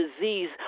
disease